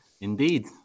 Indeed